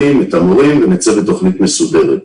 ונצא עם תכנית מסודרת.